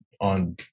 on